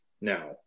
now